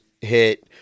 hit